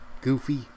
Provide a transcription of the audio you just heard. goofy